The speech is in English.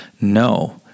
No